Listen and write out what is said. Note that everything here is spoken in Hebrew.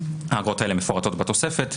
האגרות האלה מפורטות בתוספת,